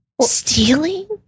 Stealing